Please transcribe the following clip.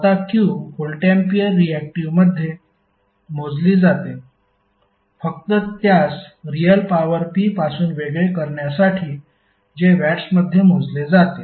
आता Q volt ampere रियाक्टिव्हमध्ये मोजली जाते फक्त त्यास रियल पॉवर P पासून वेगळे करण्यासाठी जे वॅट्समध्ये मोजले जाते